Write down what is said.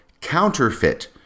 counterfeit